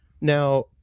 Now